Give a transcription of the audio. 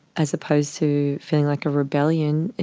as opposed to feeling like a rebellion,